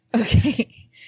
Okay